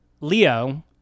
Leo